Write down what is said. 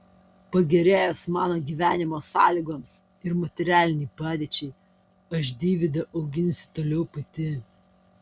pagerėjus mano gyvenimo sąlygoms ir materialinei padėčiai aš deivydą auginsiu toliau pati